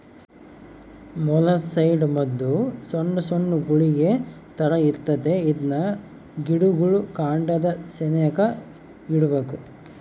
molluscicide ಮದ್ದು ಸೊಣ್ ಸೊಣ್ ಗುಳಿಗೆ ತರ ಇರ್ತತೆ ಇದ್ನ ಗಿಡುಗುಳ್ ಕಾಂಡದ ಸೆನೇಕ ಇಡ್ಬಕು